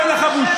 אין לך בושה?